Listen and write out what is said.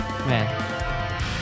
Man